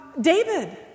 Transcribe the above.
David